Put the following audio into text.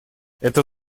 эта